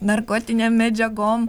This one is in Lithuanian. narkotinėm medžiagom